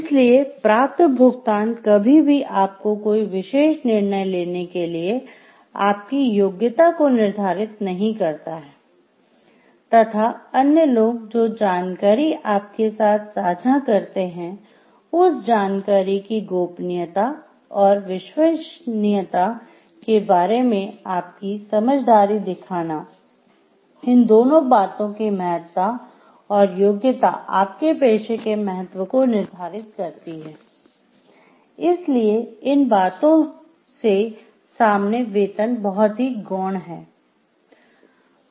इसलिए प्राप्त भुगतान कभी भी आपको कोई विशेष निर्णय लेने के लिए आपकी योग्यता को निर्धारित नहीं करता है तथा अन्य लोग जो जानकारी आपके साथ साझा करते है उस जानकारी की गोपनीयता और विश्वसनीयता के बारे में आपकी समझदारी दिखाना इन दोनों बांतों की महत्ता और योग्यता आपके पेशे के महत्व को निर्धारित करती है इसीलिये इन बातों से सामने वेतन बहुत ही गौण है